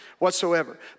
whatsoever